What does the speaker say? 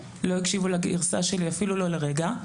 לא הקשיבו לגירסה שלי אפילו לא לרגע.